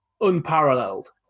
unparalleled